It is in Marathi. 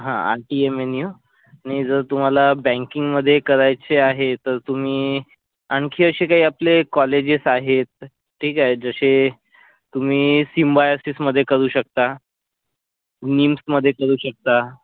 हां आरटीएमएनयू आणि जर तुम्हाला बँकिंगमध्ये करायचे आहे तर तुम्ही आणखी असे काही आपले कॉलेजेस आहेत ठीक आहे जसे तुम्ही सिम्बायोसिसमध्ये करू शकता नीम्समध्ये करू शकता